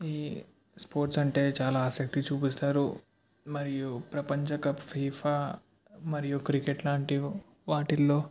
ఈ స్పోర్ట్స్ అంటే చాలా ఆసక్తి చూపిస్తారు మరియు ప్రపంచ కప్ ఫీఫా మరియు క్రికెట్ లాంటి వాటిల్లో